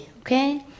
okay